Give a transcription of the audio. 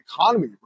economy